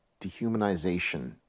dehumanization